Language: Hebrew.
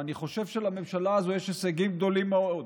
ואני חושב שלממשלה הזו יש הישגים גדולים מאוד.